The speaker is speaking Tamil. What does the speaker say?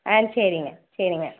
ஆ சரிங்க சரிங்க